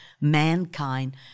mankind